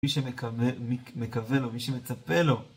מי שמקווה לו, מי שמצפה לו.